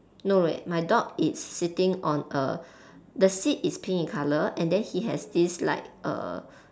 no eh my dog it's sitting on a the seat is pink in colour and then he has this like err